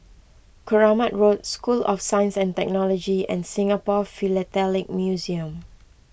Keramat Road School of Science and Technology and Singapore Philatelic Museum